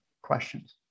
questions